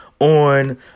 on